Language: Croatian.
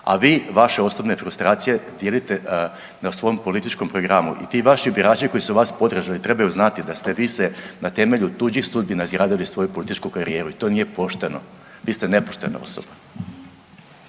a vi, vaše osobne frustracije dijelite na svom političkom programu i ti vaši birači koji su vas podržali trebaju znati da ste vi se na temelju tuđih sudbina izgradili svoju političku karijeru. To nije pošteno. Vi ste nepoštena osoba.